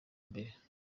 mbere